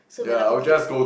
so we're like okay